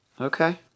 Okay